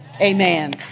Amen